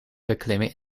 beklimmen